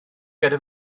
gyda